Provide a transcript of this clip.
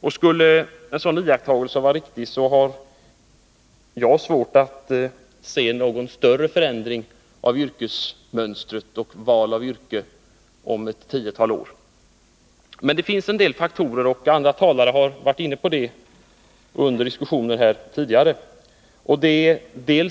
Om en sådan iakttagelse skulle vara riktig, har jag svårt att se att någon större förändring av yrkesvalsmönstret kommer att vara för handen om ett tiotal år. Men det finns en del faktorer som pekar i annan riktning — vilket också andra talare varit inne på under den förda diskussionen — bl.a.